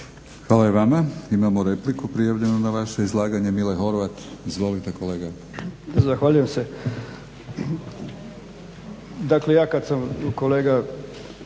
Hvala i vama. Imamo repliku prijavljenu na vaše izlaganje. Mile Horvat. Izvolite kolega. **Horvat, Mile (SDSS)** Zahvaljujem se. Dakle ja kada sam kolega